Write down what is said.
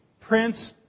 prince